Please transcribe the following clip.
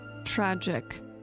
tragic